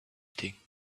thing